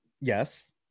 yes